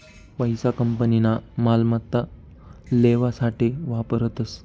पैसा कंपनीना मालमत्ता लेवासाठे वापरतस